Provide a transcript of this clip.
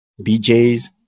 BJ's